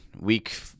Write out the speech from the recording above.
week